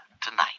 tonight